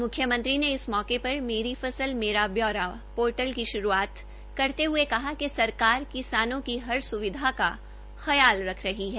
म्ख्यमंत्री ने इस मौके पर मेरी फसल मेरा ब्यौरा पोर्टल की श्रूआत करते हये कहा कि सरकार किसानों की हर सुविधा का ख्याल रख रही है